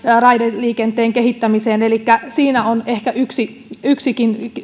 raideliikenteen kehittämiseen elikkä siinäkin on ehkä yksi yksi